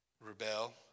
Rebel